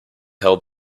held